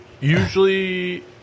Usually